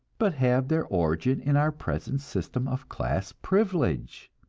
but have their origin in our present system of class privilege.